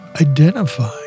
identify